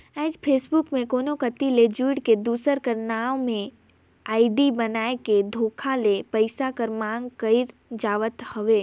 आएज फेसबुक में कोनो कती ले जुइड़ के, दूसर कर नांव में आईडी बनाए के धोखा ले पइसा कर मांग करई जावत हवे